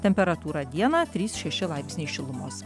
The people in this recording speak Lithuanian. temperatūra dieną trys šeši laipsniai šilumos